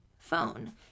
phone